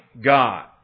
God